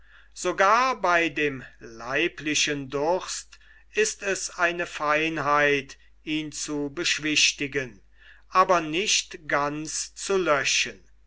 sogar bei dem leiblichen durst ist es eine feinheit ihn zu beschwichtigen aber nicht ganz zu löschen